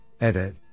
edit